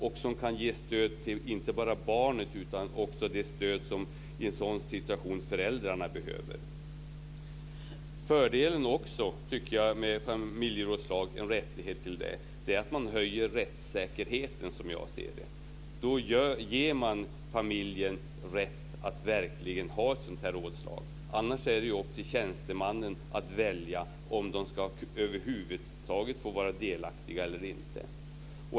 Det kan ge stöd inte bara till barnet, utan det kan också ge det stöd som föräldrarna behöver i en sådan situation. Fördelen med en rättighet till familjerådslag är också att man höjer sättsäkerheten, som jag ser det. Man ger familjen rätt att verkligen ha ett sådant här rådslag. Annars är det upp till tjänstemannen att välja om man över huvud taget ska få vara delaktig eller inte.